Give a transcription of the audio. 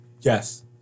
Yes